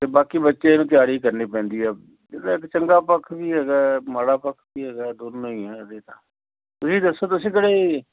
ਅਤੇ ਬਾਕੀ ਬੱਚੇ ਨੂੰ ਤਿਆਰੀ ਕਰਨੀ ਪੈਂਦੀ ਆ ਇਹਦਾ ਇੱਕ ਚੰਗਾ ਪੱਖ ਵੀ ਹੈਗਾ ਮਾੜਾ ਪੱਖ ਵੀ ਹੈਗਾ ਦੋਨੋਂ ਹੀ ਹੈ ਇਹਦੇ ਤਾਂ ਤੁਸੀਂ ਦੱਸੋਂ ਤੁਸੀਂ ਕਿਹੜੇ